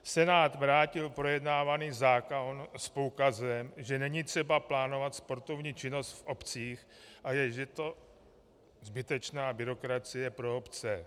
Senát vrátil projednávaný zákon s poukazem, že není třeba plánovat sportovní činnost v obcích, že je to zbytečná byrokracie pro obce.